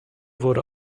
wurde